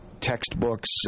textbooks